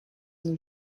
and